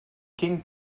quem